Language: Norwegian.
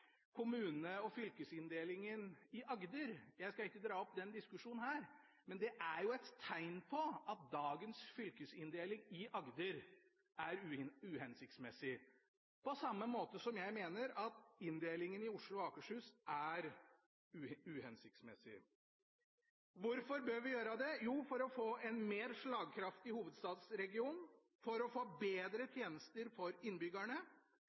Agder. Jeg skal ikke dra opp den diskusjonen her, men det er et tegn på at dagens fylkesinndeling i Agder er uhensiktsmessig, på samme måte som jeg mener at inndelingen i Oslo og Akershus er uhensiktsmessig. Hvorfor bør vi gjøre det? Jo, for å få en mer slagkraftig hovedstadsregion og for å få bedre tjenester for innbyggerne.